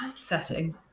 setting